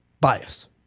bias